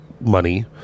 money